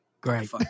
Great